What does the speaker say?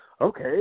okay